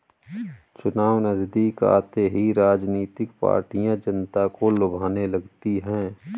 चुनाव नजदीक आते ही राजनीतिक पार्टियां जनता को लुभाने लगती है